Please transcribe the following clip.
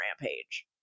Rampage